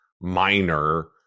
minor